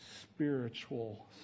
spiritual